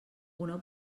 una